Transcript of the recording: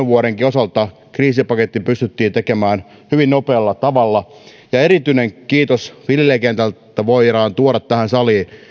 vuodenkin osalta kriisipaketti pystyttiin tekemään hyvin nopealla tavalla ja erityinen kiitos joka viljelijäkentältä voidaan tuoda tähän saliin